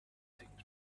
things